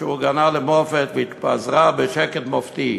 שאורגנה למופת והתפזרה בשקט מופתי.